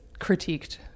critiqued